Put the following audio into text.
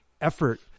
effort